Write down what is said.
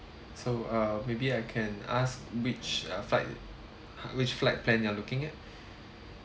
so uh maybe I can ask which uh flight which flight plan you all looking at